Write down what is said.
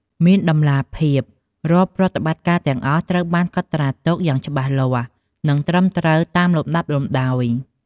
មានតម្លាភាព រាល់ប្រតិបត្តិការទាំងអស់ត្រូវបាន កត់ត្រាទុកយ៉ាងច្បាស់លាស់ និង ត្រឹមត្រូវតាមលំដាប់លំដោយ ។